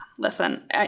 Listen